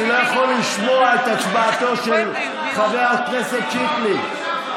אני לא יכול לשמוע את הצבעתו של חבר הכנסת שיקלי.